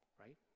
Right